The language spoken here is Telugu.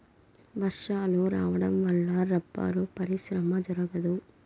వర్షాలు రావడం వల్ల రబ్బరు పరిశ్రమ జరగదు